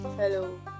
Hello